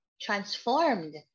transformed